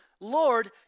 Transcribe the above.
Lord